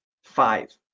Five